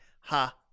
ha